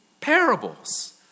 parables